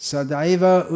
Sadaiva